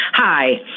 Hi